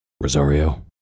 Rosario